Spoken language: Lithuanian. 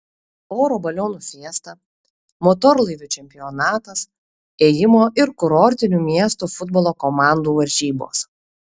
oro balionų fiesta motorlaivių čempionatas ėjimo ir kurortinių miestų futbolo komandų varžybos